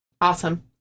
Awesome